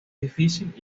difícil